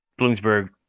Bloomsburg